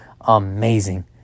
amazing